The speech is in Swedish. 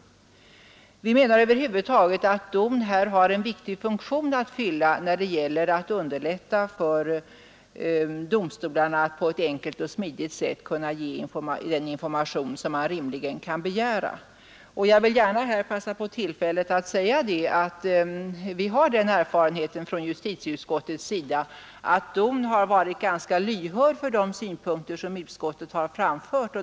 Vi menar över huvud taget att DON har en viktig funktion att fylla när det gäller att underlätta för domstolarna att på ett enkelt och smidigt sätt ge den information man rimligen kan begära. Jag vill gärna passa på tillfället att säga att DON tidigare varit ganska lyhörd för de synpunkter som utskottet har framfört.